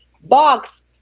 box